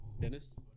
Dennis